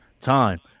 time